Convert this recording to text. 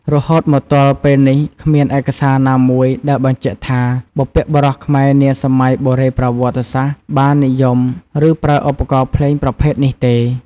រហូតមកទល់ពេលនេះ គ្មានឯកសារណាមួយដែលបញ្ជាក់ថា បុព្វបុរសខ្មែរនាសម័យបុរេប្រវត្តិសាស្ត្របាននិយម ឬប្រើឧបករណ៍ភ្លេងប្រភេទនេះទេ។